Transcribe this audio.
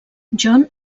john